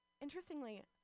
Interestingly